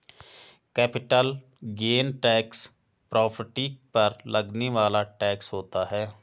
capital gain tax property पर लगने वाला टैक्स होता है